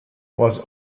was